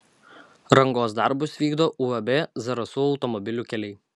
rangos darbus vykdo uab zarasų automobilių keliai